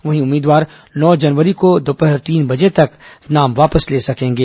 वहीं उम्मीदवार नौ जनवरी को दोपहर तीन बजे तक नाम वापस ले सकेंगे